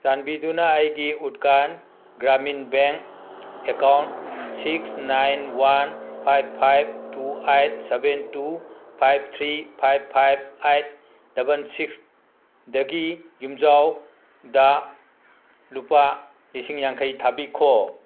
ꯆꯥꯟꯕꯤꯗꯨꯅ ꯑꯩꯒꯤ ꯎꯠꯀꯥꯟ Gramin bank account six nine one five five two eight seven two five three five five eight double ꯁꯤꯛꯁꯗꯒꯤ ꯌꯨꯝꯖꯥꯎꯗ ꯂꯨꯄꯥ ꯂꯤꯁꯤꯡ ꯌꯥꯡꯈꯩ ꯊꯥꯕꯤꯈꯣ